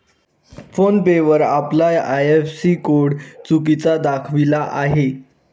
phone पे वर आपला IFSC code चुकीचा दाखविला आहे